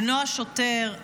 בנו השוטר,